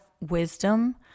wisdom